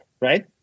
Right